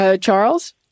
Charles